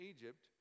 Egypt